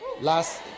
last